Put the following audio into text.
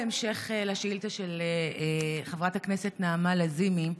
בהמשך לשאילתה של חברת הכנסת נעמה לזימי,